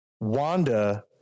Wanda